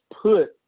put